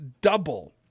double